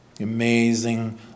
Amazing